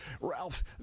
Ralph